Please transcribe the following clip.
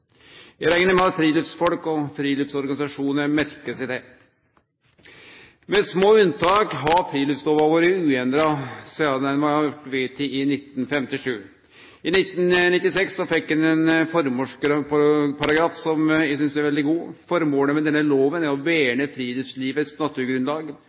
med at friluftsfolk og friluftsorganisasjonar merkar seg det. Med små unntak har friluftslova vore uendra sidan ho vart vedteken i 1957. I 1996 fekk lova ein formålsparagraf som eg synest er veldig god: «Formålet med denne loven er å